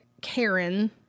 Karen